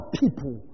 people